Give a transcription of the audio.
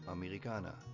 Americana